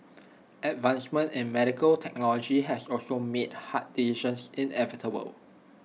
advancements in medical technology has also made hard decisions inevitable